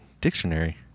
dictionary